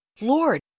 Lord